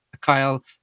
Kyle